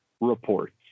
reports